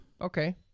Okay